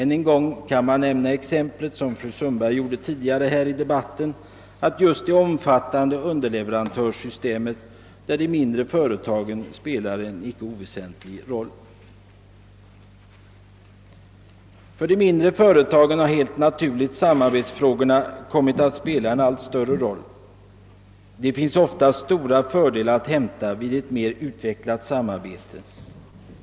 Jag vill hänvisa till det omfattande underleverantörssystemet, där de mindre företagen spelar en icke oväsentlig roll, vilket fru Sundberg läm nade exempel på tidigare i denna debatt. För de mindre företagen har helt naturligt samarbetsfrågorna kommit att spela en allt större roll. Det finns ofta stora fördelar att hämta vid ett mer utvecklat samarbete.